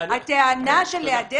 הטענה של היעדר